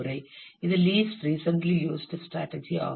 இது least recently used strategy ஆகும்